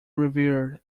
reviewer